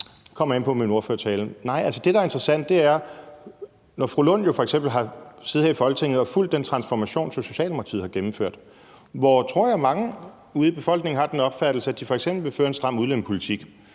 jeg ind på i min ordførertale. Altså, det, der er interessant, er, at fru Rosa Lund jo har siddet her i Folketinget og fulgt den transformation, som Socialdemokratiet har gennemført, hvor mange ude i befolkningen, tror jeg, har den opfattelse, at de f.eks. vil føre en stram udlændingepolitik,